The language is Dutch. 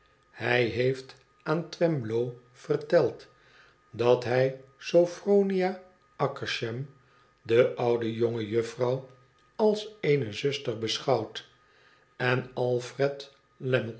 hij heeft aan twemlow verteld dat hij sophronia akershem de oude jonge juffrouw als eene xuster beschouwt en alfred